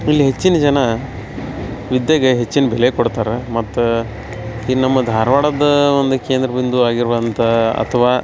ಇಲ್ಲಿ ಹೆಚ್ಚಿನ ಜನ ವಿದ್ಯೆಗೆ ಹೆಚ್ಚಿನ ಬೆಲೆ ಕೊಡ್ತಾರೆ ಮತ್ತು ಈ ನಮ್ಮ ಧಾರ್ವಾಡದ್ದು ಒಂದು ಕೇಂದ್ರಬಿಂದು ಆಗಿರುವಂತಹ ಅಥವಾ